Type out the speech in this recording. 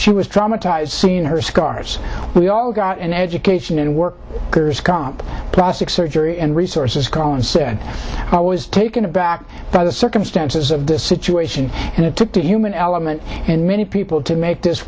she was traumatised seen her scars we all got an education and work comp plastic surgery and resources cohen said i was taken aback by the circumstances of this situation and it took to human element in many people to make this